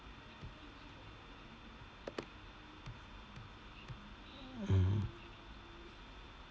mmhmm